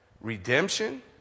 redemption